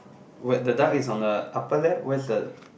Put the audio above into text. what the duck is on the upper deck where is the